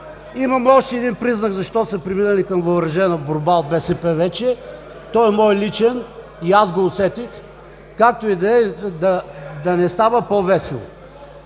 Имам още един призрак защо вече са преминали към въоръжена борба от БСП. Той е мой, личен и аз го усетих. Както и да е, да не става по-весело.